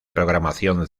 programación